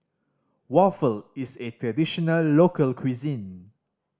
waffle is A traditional local cuisine